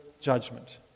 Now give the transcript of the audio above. judgment